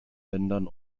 ländern